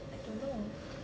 I don't know